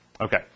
Okay